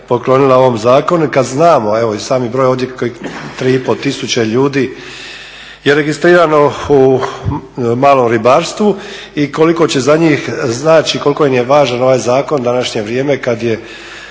poklonila ovom zakonu. I kad znamo, a evo i sami broj ovdje 3 500 tisuće ljudi je registrirano u malom ribarstvu i koliko to za njih znači, i koliko im je važan ovaj zakon u današnje vrijeme kad je